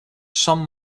some